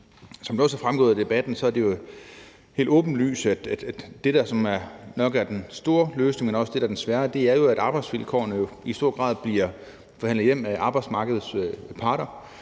Som det også er fremgået af debatten, er det jo helt åbenlyst, at det, der nok er den store løsning, men også den svære løsning, er, at arbejdsvilkårene i høj grad bliver forhandlet hjem af arbejdsmarkedets parter.